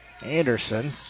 Anderson